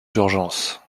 d’urgence